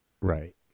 Right